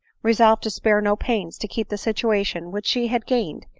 resolved to spare no pains to keep the situation which she had gained,